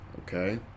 Okay